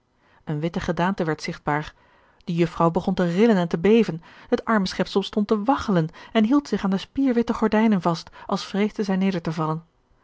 eene witte gedaante werd zigtbaar de jufvrouw begon te rillen en te beven het arme schepsel stond te waggelen en hield zich aan de spierwitte gordijnen vast als vreesde zij neder te vallen